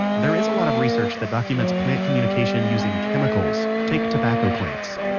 there is a lot of research that documents plant communication using chemicals. take tobacco plants.